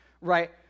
right